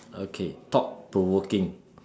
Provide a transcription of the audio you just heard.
okay thought provoking